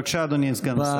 בבקשה, אדוני סגן השר.